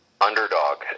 underdog